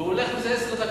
והוא הולך עם זה עשר דקות.